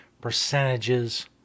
percentages